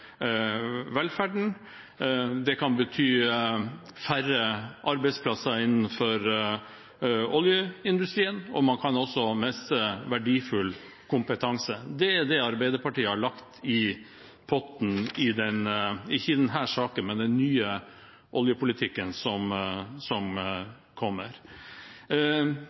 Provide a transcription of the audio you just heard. velferden. Det kan bety færre arbeidsplasser innenfor oljeindustrien, og man kan miste verdifull kompetanse. Det er det Arbeiderpartiet har lagt i potten – ikke i denne saken, men i den nye oljepolitikken som kommer.